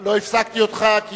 לא הפסקתי אותך כי,